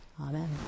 Amen